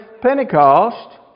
Pentecost